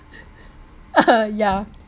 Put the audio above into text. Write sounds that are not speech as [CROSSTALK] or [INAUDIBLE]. [NOISE] yeah